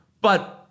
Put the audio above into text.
But-